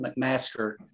McMaster